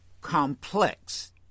complex